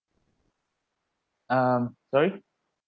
um sorry